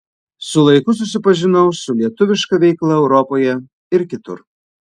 su laiku susipažinau su lietuviška veikla europoje ir kitur